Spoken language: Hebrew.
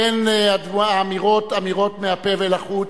אין אמירות מהפה ולחוץ.